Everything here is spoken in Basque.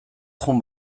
joan